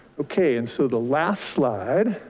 okay, and so the last slide.